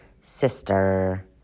sister